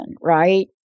right